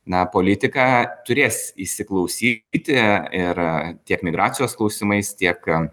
na politika turės įsiklausyti ir tiek migracijos klausimais tiek